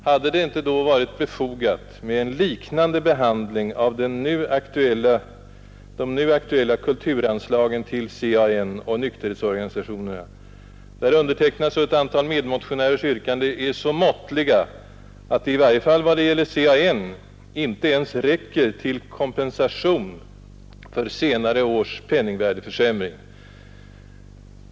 Hade det då inte varit befogat med en liknande behandling av de nu aktuella kulturanslagen till CAN och nykterhetsorganisationerna, när mina och ett antal medmotionärers yrkanden är så måttliga, att de — i varje fall vad gäller CAN — inte ens räcker till kompensation för senare års penningvärdeförsämring?